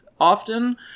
often